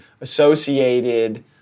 associated